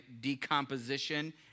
decomposition